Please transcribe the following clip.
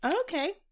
Okay